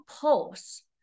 pulse